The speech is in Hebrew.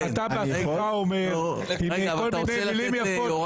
אתה בעצמך אומר, עם כל מיני מילים יפות,